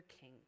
king